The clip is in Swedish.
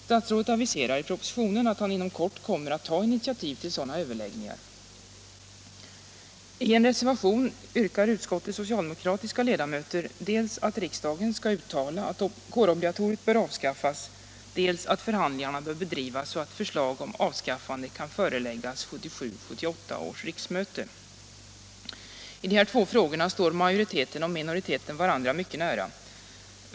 Statsrådet aviserar i propositionen att han inom kort kommer att ta initiativ till sådana överläggningar. I en reservation yrkar utskottets socialdemokratiska ledamöter dels att riksdagen skall uttala att kårobligatoriet bör avskaffas, dels att förhandlingarna bör föras så, att förslag om avskaffande kan föreläggas 1977/78 års riksmöte. I dessa två frågor står majoriteten och minoriteten varandra mycket nära.